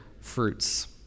fruits